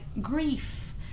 grief